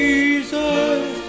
Jesus